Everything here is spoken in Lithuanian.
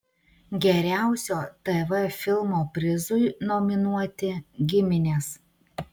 geriausio tv filmo prizui nominuoti giminės